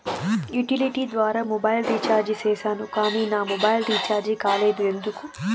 Utility ద్వారా mobile recharge సేసాను కానీ నా మొబైల్ రీచార్జి కాలేదు ఎందుకు?